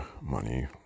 money